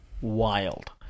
Wild